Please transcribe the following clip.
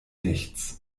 nichts